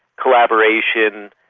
collaboration.